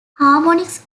harmonics